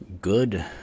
Good